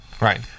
Right